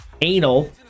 Anal